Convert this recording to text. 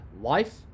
life